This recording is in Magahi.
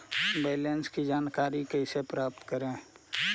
बैलेंस की जानकारी कैसे प्राप्त करे?